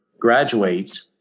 graduate